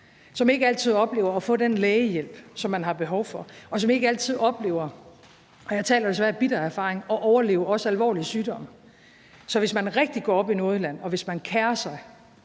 som ikke altid oplever at få den lægehjælp, som de har behov for, og som ikke altid oplever, og jeg taler desværre af bitter erfaring, at overleve også de alvorlige sygdomme. Så hvis man rigtig går op i Nordjylland, og hvis man kerer sig,